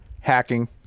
hacking